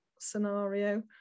scenario